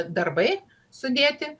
darbai sudėti